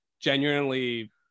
genuinely